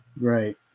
Right